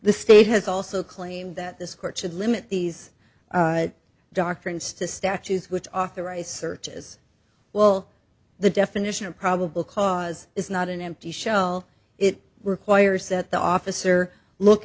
the state has also claimed that this court should limit these doctrines to statutes which authorize searches well the definition of probable cause is not an empty shell it requires that the officer look